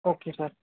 okay sir